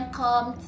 come